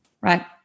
right